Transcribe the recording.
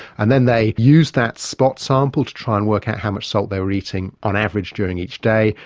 and then they used that spot sample to try and work out how much salt they were eating on average during each day.